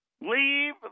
leave